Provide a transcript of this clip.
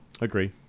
Agree